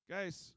Guys